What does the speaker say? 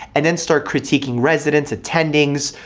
and then start critiquing residents, attendings,